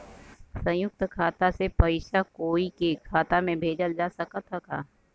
संयुक्त खाता से पयिसा कोई के खाता में भेजल जा सकत ह का?